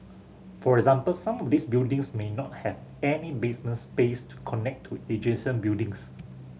for example some of these buildings may not have any basement space to connect to adjacent buildings